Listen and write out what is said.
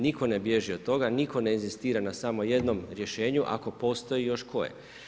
Nitko ne bježi od toga, nitko ne inzistira na samo jednom rješenju ako postoji još koje.